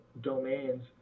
domains